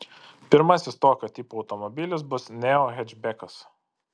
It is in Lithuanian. pirmasis tokio tipo automobilis bus neo hečbekas